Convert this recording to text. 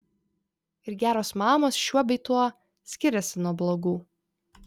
ir geros mamos šiuo bei tuo skiriasi nuo blogų